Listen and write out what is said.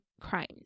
crimes